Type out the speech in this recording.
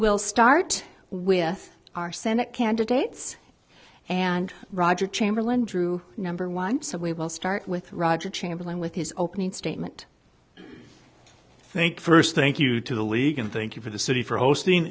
will start with our senate candidates and roger chamberlain drew number one so we will start with roger chamberlain with his opening statement thank first thank you to the league and thank you for the city for hosting